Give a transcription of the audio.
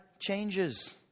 changes